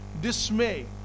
dismay